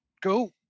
go